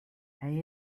hij